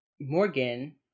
Morgan